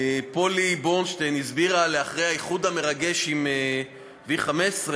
פולי בורנשטיין הסבירה לאחר האיחוד המרגש עם V15,